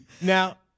Now